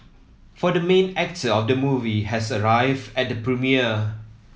for the main actor of the movie has arrived at the premiere